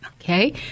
Okay